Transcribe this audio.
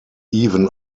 even